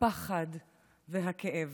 הפחד והכאב.